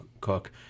cook